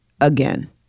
Again